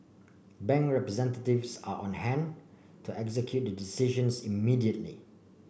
bank representatives are on hand to execute the decisions immediately